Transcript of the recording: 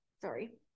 sorry